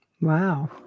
wow